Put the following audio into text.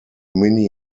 mini